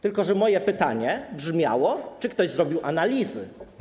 Tylko że moje pytanie brzmiało: Czy ktoś zrobił analizy?